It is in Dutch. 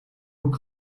ook